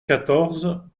quatorze